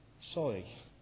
sorry